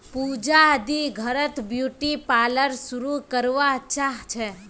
पूजा दी घर त ब्यूटी पार्लर शुरू करवा चाह छ